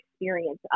experience